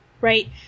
right